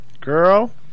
Girl